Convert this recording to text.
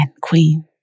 Queen